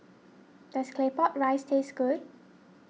does Claypot Rice taste good